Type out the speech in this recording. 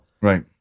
Right